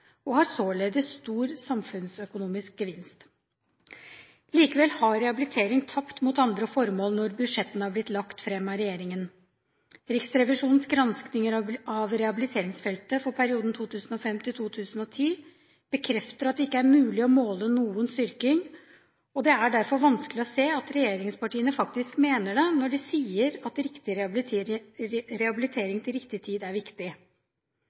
og har således stor samfunnsøkonomisk gevinst. Likevel har rehabilitering tapt mot andre formål når budsjettene har blitt lagt fram av regjeringen. Riksrevisjonens granskninger av rehabiliteringsfeltet for perioden 2005–2010 bekrefter at det ikke er mulig å måle noen styrking, og det er derfor vanskelig å se at regjeringspartiene faktisk mener det når de sier at riktig rehabilitering til riktig tid er viktig.